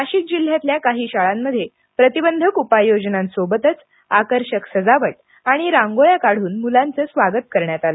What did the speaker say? नाशिक जिल्ह्यातल्या काही शाळांमध्ये प्रतिबंधक उपाययोजनांसोबतच आकर्षक सजावट आणि रांगोळ्या काढून मुलांचं स्वागत करण्यात आलं